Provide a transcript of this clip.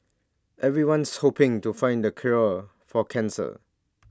everyone's hoping to find the cure for cancer